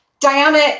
Diana